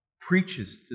preaches